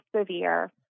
severe